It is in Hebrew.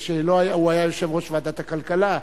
שהיה יושב-ראש ועדת הכלכלה,